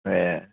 ए